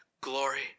glory